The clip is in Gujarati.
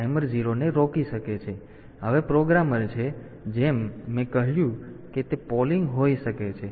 તેથી હવે પ્રોગ્રામર છે જેમ મેં કહ્યું કે તે પોલીંગ હોઈ શકે છે